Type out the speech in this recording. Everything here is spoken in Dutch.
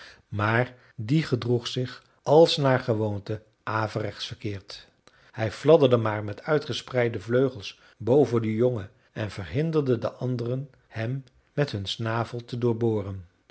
maar die gedroeg zich als naar gewoonte averechts verkeerd hij fladderde maar met uitgespreide vleugels boven den jongen en verhinderde de anderen hem met hun snavel